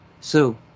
sue